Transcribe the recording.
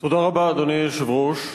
אדוני היושב-ראש,